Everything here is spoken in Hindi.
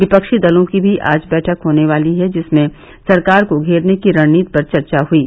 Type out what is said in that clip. विपक्षी दलों की भी आज बैठक होने वाली है जिसमें सरकार को घेरने की रणनीति पर चर्चा हुयी